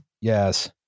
Yes